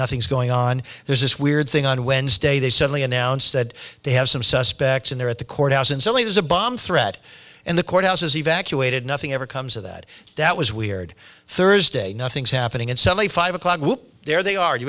nothing's going on there's this weird thing on wednesday they suddenly announce that they have some suspects in there at the courthouse and so he has a bomb threat and the courthouse is evacuated nothing ever comes of that that was weird thursday nothing's happening in seventy five o'clock there they are you